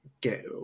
get